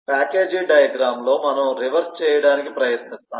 package diagram లో మనము reverse చేయడానికి ప్రయత్నిస్తాము